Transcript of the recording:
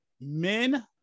Men